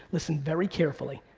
listen very carefully.